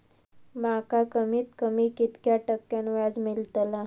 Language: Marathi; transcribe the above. माका कमीत कमी कितक्या टक्क्यान व्याज मेलतला?